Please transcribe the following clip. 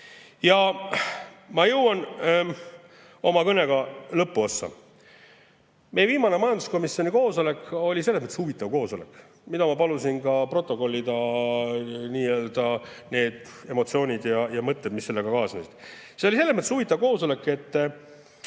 Ma jõuan oma kõne lõpuossa. Meie viimane majanduskomisjoni koosolek oli huvitav koosolek ja ma palusin ka protokollida need emotsioonid ja mõtted, mis sellega kaasnesid. See oli selles mõttes huvitav koosolek, et